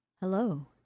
Hello